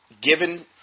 Given